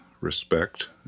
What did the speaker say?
respect